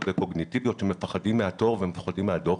וקוגניטיביות שמפחדים מהתור ומפחדים מהדוחק,